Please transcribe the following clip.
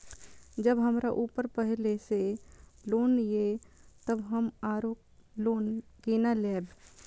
जब हमरा ऊपर पहले से लोन ये तब हम आरो लोन केना लैब?